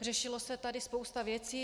Řešila se tady spousta věcí.